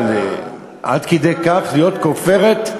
אבל עד כדי כך להיות כופרת?